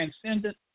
transcendent